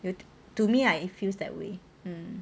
to me lah it feels that way um